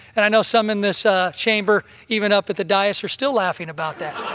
and i know some in this ah chamber, even up at the dais, are still laughing about that